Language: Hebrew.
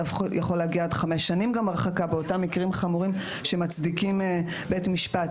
הרחקה יכולה להגיע עד חמש שנים באותם מקרים חמורים שמצדיקים בית משפט.